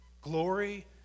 glory